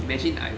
imagine I